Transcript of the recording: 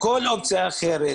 כל אופציה אחרת,